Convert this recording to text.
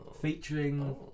Featuring